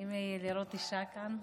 נעים לראות אישה כאן.